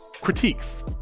critiques